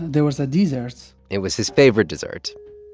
there was a dessert it was his favorite dessert